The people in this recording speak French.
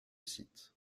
site